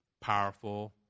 powerful